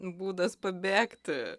būdas pabėgti